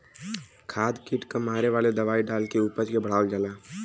खाद कीट क मारे वाला दवाई डाल के उपज के बढ़ावल जाला